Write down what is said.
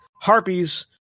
harpies